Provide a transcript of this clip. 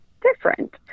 different